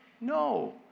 No